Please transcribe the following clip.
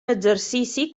exercici